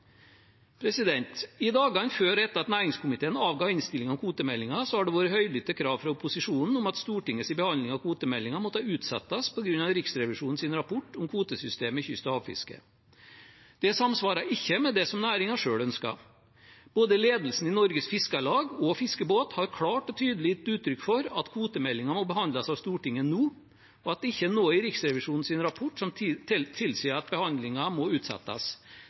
i Fiskeridepartementet. I dagene før og etter at næringskomiteen avga innstillingen om kvotemeldingen, har det vært høylytte krav fra opposisjonen om at Stortingets behandling av kvotemeldingen måtte utsettes på grunn av Riksrevisjonens rapport om kvotesystemet i kyst- og havfisket. Det samsvarer ikke med det som næringen selv ønsker. Både ledelsen i Norges Fiskarlag og Fiskebåt har klart og tydelig gitt uttrykk for at kvotemeldingen må behandles av Stortinget nå, og at det ikke er noe i Riksrevisjonens rapport som tilsier at behandlingen må utsettes.